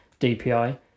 DPI